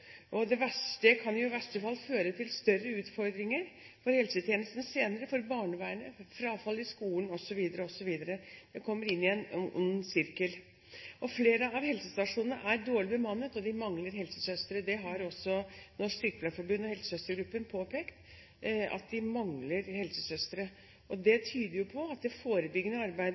Det kan i verste fall føre til større utfordringer for helsetjenesten senere, for barnevernet, frafall i skolen osv. Man kommer inn i en ond sirkel. Flere av helsestasjonene er dårlig bemannet, og de mangler helsesøstre. Norsk Sykepleierforbund og helsesøstergruppen har påpekt at de mangler helsesøstre. Det tyder jo på at det forebyggende